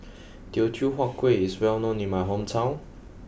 Teochew Huat Kueh is well known in my hometown